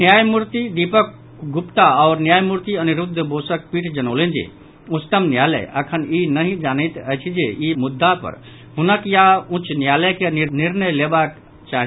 न्यायमूर्ति दीपक गुप्ता आओर न्यायमूर्ति अनिरूद्ध बोसक पीठ जनौलनि जे उच्चतम न्यायालय अखन ई नहि जानैत अछि जे ई मुद्द पर हुनका या उच्च न्यायालय के निर्णय लेबाक चाहि